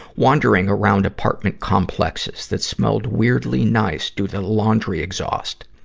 wandering around apartment complexes that smelled weirdly nice, due to laundry exhaust.